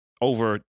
over